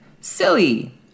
silly